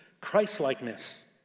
Christ-likeness